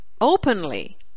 openly